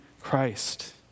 Christ